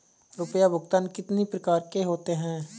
रुपया भुगतान कितनी प्रकार के होते हैं?